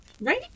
right